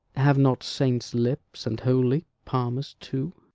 have not saints lips, and holy palmers too?